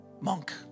Monk